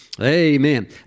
Amen